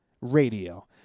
Radio